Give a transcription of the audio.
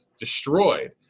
destroyed